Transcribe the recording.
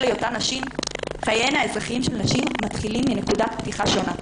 היותן נשים חייהן האזרחיים של נשים מתחילים מנקודת פתיחה שונה.